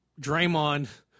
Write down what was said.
Draymond